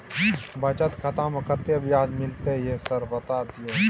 बचत खाता में कत्ते ब्याज मिलले ये सर बता दियो?